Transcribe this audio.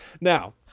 Now